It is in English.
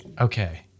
Okay